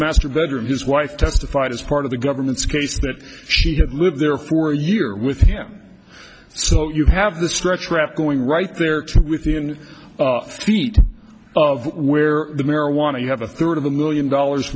master bedroom his wife testified as part of the government's case that she had lived there for a year with him so you have the stretch raff going right there with you and offbeat of where the marijuana you have a third of a million dollars